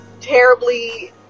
terribly